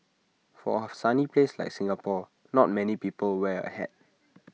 for A sunny place like Singapore not many people wear A hat